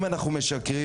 אם אנחנו משקרים